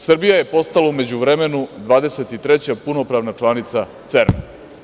Srbija je postala u međuvremenu 23. punopravna članica CERN-a.